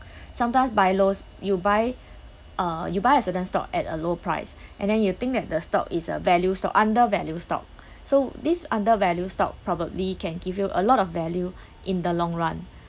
sometimes buy lows you buy uh you buy a certain stock at a low price and then you think that the stock is a value stock undervalue stock so this undervalue stock probably can give you a lot of value in the long run